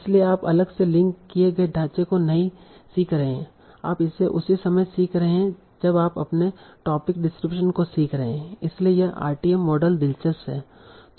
इसलिए आप अलग से लिंक किए गए ढांचे को नहीं सीख रहे हैं आप इसे उसी समय सीख रहे हैं जब आप अपने टोपिक डिस्ट्रीब्यूशन को सीख रहे हैं इसलिए यह आरटीएम मॉडल दिलचस्प है